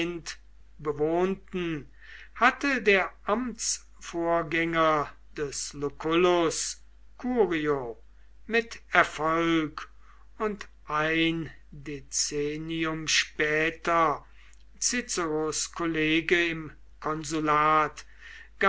bewohnten hatte der amtsvorgänger des lucullus curio mit erfolg und ein dezennium später ciceros kollege im konsulat